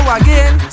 again